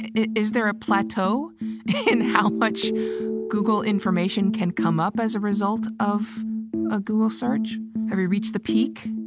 is there a plateau in how much google information can come up as a result of a google search having reached the peak?